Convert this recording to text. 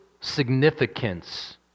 significance